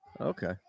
Okay